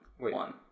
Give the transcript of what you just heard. one